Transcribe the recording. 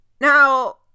Now